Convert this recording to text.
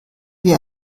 wie